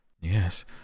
Yes